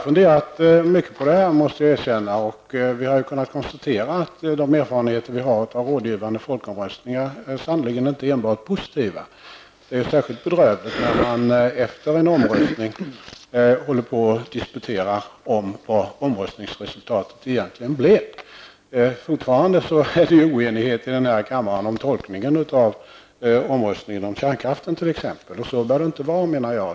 Fru talman! Jag måste erkänna att jag funderat mycket på detta. De erfarenheter vi har fått av rådgivande folkomröstningar är sannerligen inte enbart positiva. Särskilt bedrövligt är det när man efter en folkomröstning håller på och disputerar vilket omröstningsresultatet egentligen blev. Fortfarande råder det ju oenighet i denna kammare om tolkningen av resultatet av folkomröstningen om kärnkraften. Så anser jag inte att det bör vara.